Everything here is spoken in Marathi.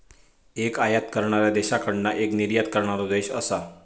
एक आयात करणाऱ्या देशाकडना एक निर्यात करणारो देश असा